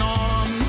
on